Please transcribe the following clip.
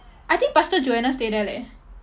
I think pastor joanna stay there leh